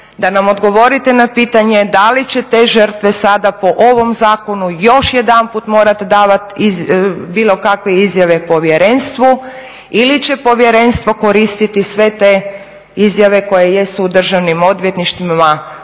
da nam odgovorite na pitanje da li će te žrtve sada po ovom zakonu još jedanput mora davat bilo kakve izjave povjerenstvu ili će povjerenstvo koristiti sve te izjave koje jesu u državnim odvjetništvima po